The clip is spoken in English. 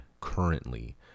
currently